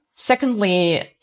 Secondly